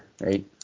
right